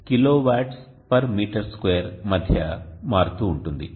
41 kWm2 మధ్య మారుతూ ఉంటుంది